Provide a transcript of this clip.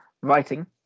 writing